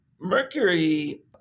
mercury